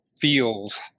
feels